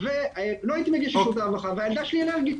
ולא הייתי מגיש לשירותי הרווחה והילדה שלי אלרגית.